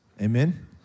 Amen